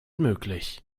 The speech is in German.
möglich